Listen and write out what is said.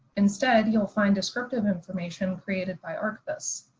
instead you'll find descriptive information created by archivist.